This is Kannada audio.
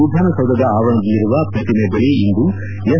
ವಿಧಾನಸೌಧ ಆವರಣದಲ್ಲಿರುವ ಶ್ರತಿಮೆ ಬಳಿ ಇಂದು ಎಸ್